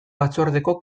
batzordeko